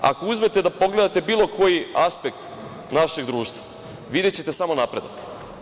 Ako uzmete da pogledate bilo koji aspekt našeg društva, videćete samo napredak.